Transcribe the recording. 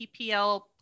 PPL